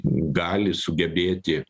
gali sugebėti